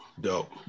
dope